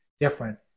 different